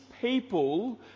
people